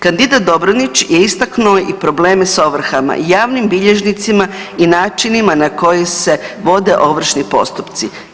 Kandidat Dobronić je istaknuo i probleme s ovrhama, javnim bilježnicima i načinima na koji se vode ovršni postupci.